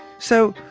so,